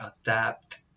adapt